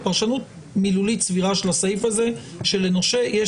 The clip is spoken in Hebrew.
פרשנות מילולית סבירה של הסעיף הזה שלנושה יש